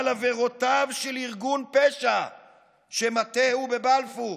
על עבירותיו של ארגון פשע שמטהו בבלפור.